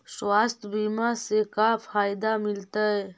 स्वास्थ्य बीमा से का फायदा मिलतै?